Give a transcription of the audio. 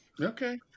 Okay